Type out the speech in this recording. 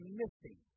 missing